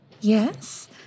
Yes